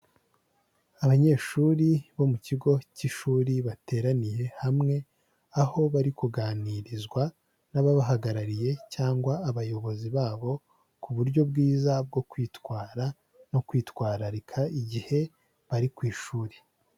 Abanyeshuri bo mu kigo cy'ishuri bateraniye hamwe, aho bari kuganirizwa n'ababahagarariye cyangwa abayobozi babo ku buryo bwiza bwo kwitwara no kwitwararika igihe bari ku ishuri.